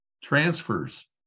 transfers